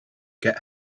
get